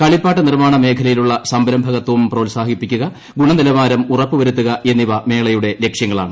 കളിപ്പാട്ട നിർമ്മാണ മേഖലയിലുള്ള സംരംഭകത്വം പ്രോത്സാഹിപ്പിക്കുക ഗുണനിലവാരം ഉറപ്പുവരുത്തുക എന്നിവ മേളയുടെ ലക്ഷൃങ്ങളാണ്